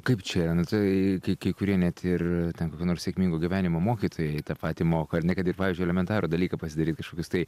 kaip čia nu tai kai kai kurie net ir ten kokie nors sėkmingo gyvenimo mokytojai tą patį moko ar ne kad ir pavyzdžiui elementarų dalyką pasidaryt kažkokius tai